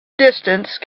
distance